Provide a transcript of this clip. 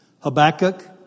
Habakkuk